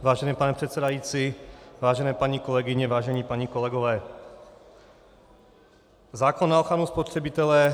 Vážený pane předsedající, vážené paní kolegyně, vážení páni kolegové, zákon na ochranu spotřebitele.